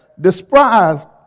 despised